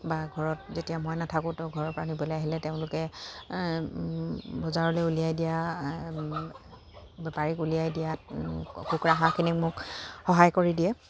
বা ঘৰত যেতিয়া মই নাথাকোঁতেও ঘৰৰ পৰা নিবলৈ আহিলে তেওঁলোকে বজাৰলে উলিয়াই দিয়া বেপাৰীক উলিয়াই দিয়াত কুকুৰা হাঁহখিনি মোক সহায় কৰি দিয়ে